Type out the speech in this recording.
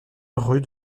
rue